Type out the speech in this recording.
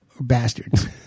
bastards